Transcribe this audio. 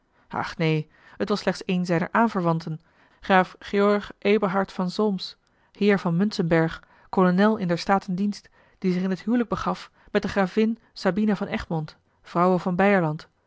ach neen het was slechts een zijner aanverwanten graaf george eberhard van solms heer van muntzenberg kolonel in der staten dienst die zich in t huwelijk begaf met de gravin sabina van egmond vrouwe van beierland